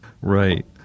Right